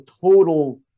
total